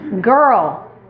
girl